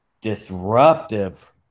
disruptive